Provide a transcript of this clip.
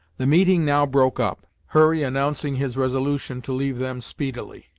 the meeting now broke up, hurry announcing his resolution to leave them speedily.